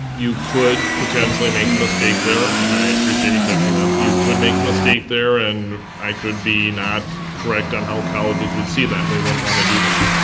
you could potentially make a mistake there. and i appreciate you catching that. you could make a mistake there and i could be not correct on how colleges would see that, we wouldn't want to do that.